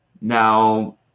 Now